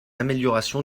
amélioration